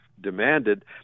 demanded